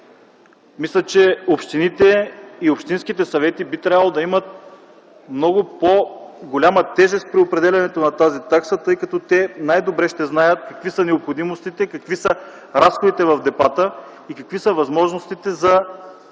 Мисля, че общините и общинските съвети би трябвало да имат много по-голяма тежест при определянето на тази такса, защото те най-добре ще знаят какви са необходимостите, какви са разходите в депата и какви са възможностите за